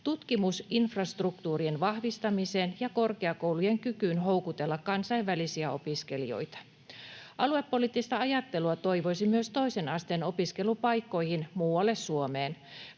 tutkimusinfrastruktuurien vahvistamiseen ja korkeakoulujen kykyyn houkutella kansainvälisiä opiskelijoita. Aluepoliittista ajattelua toivoisi myös toisen asteen opiskelupaikkoihin muualle Suomeen.